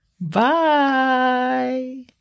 Bye